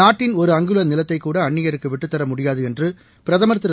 நாட்டின் ஒரு அங்குல நிலத்தைக்கூட அந்நியருக்கு விட்டுத் தர முடியாது என்று பிரதமர் திரு